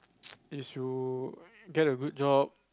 is to get a good job